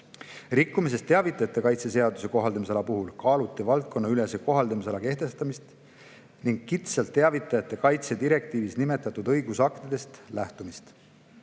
Rikkumisest teavitajate kaitse seaduse kohaldamisala puhul kaaluti valdkonnaülese kohaldamisala kehtestamist ning kitsalt teavitajate kaitse direktiivis nimetatud õigusaktidest lähtumist.